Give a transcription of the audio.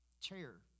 chair